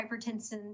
hypertension